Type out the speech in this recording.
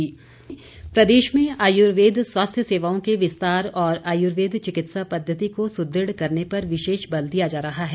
परमार प्रदेश में आयुर्वेद स्वास्थ्य सेवाओं के विस्तार और आयुर्वेद चिकित्सा पद्धति को सुदृढ़ करने पर विशेष बल दिया जा रहा है